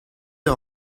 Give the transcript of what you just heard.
eur